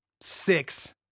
six